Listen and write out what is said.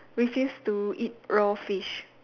refuse to eat raw fish